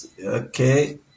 Okay